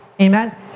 Amen